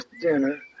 dinner